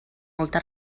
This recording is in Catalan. molta